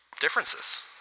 differences